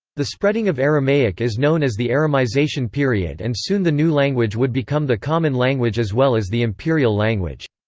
the spreading of aramaic is known as the aramaization period and soon the new language would become the common language as well as the imperial language.